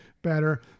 better